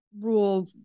rule